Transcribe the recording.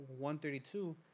132